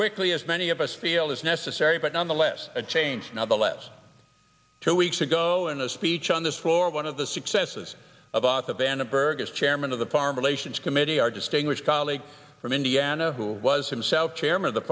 quickly as many of us feel is necessary but nonetheless a change now the less than two weeks ago in a speech on this floor one of the successes about the vandenberg is chairman of the foreign relations committee our distinguished colleague from indiana who was himself chairman of the